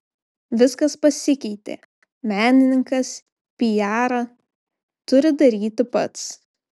viskas pasikeitė menininkas piarą turi daryti pats